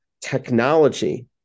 technology